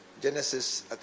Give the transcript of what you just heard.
Genesis